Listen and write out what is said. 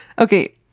Okay